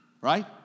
Right